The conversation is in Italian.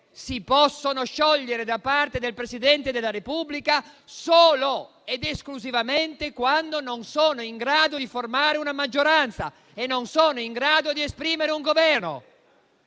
si possono sciogliere da parte del Presidente della Repubblica solo ed esclusivamente quando non sono in grado di formare una maggioranza né di esprimere un Governo.